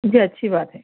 جی اچھی بات ہے